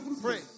Pray